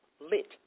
lit